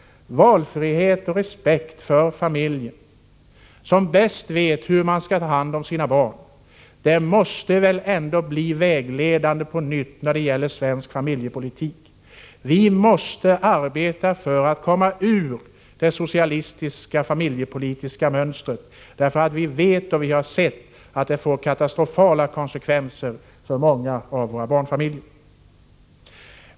Valfrihet och respekt för familjen, som bäst vet hur man skall ta hand om sina barn, måste på nytt bli vägledande inom svensk familjepolitik. Vi måste arbeta för att komma ur det socialistiska familjepolitiska mönstret. Vi vet och vi har sett att det får katastrofala konsekvenser för många av våra barnfamiljer.